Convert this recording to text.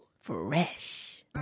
fresh